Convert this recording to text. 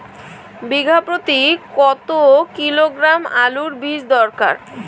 বিঘা প্রতি কত কিলোগ্রাম আলুর বীজ দরকার?